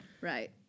Right